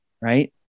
right